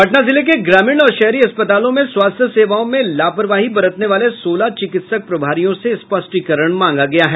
पटना जिले के ग्रामीण और शहरी अस्पतालों में स्वास्थ्य सेवाओं में लपारवाही बरतने वाले सोलह चिकित्सक प्रभारियों से स्पष्टीकरण मांगा गया है